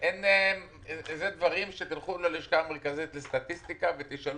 אלה דברים שהלשכה המרכזית לסטטיסטיקה תיתן